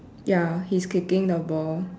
ya he's kicking the ball